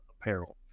Apparel